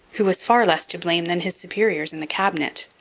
who was far less to blame than his superiors in the cabinet.